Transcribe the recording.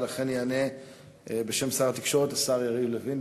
ולכן יענה בשם שר התקשורת השר יריב לוין.